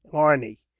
arni,